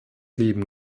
leben